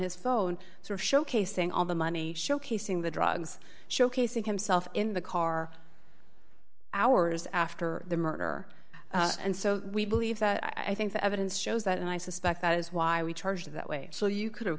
his phone so of showcasing all the money showcasing the drugs showcasing himself in the car hours after the murder and so we believe that i think the evidence shows that and i suspect that is why we charge that way so you could have